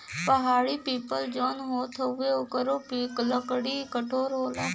पहाड़ी पीपल जौन होत हउवे ओकरो लकड़ी कठोर होला